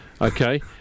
Okay